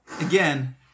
again